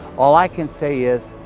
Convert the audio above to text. all i can say is,